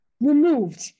removed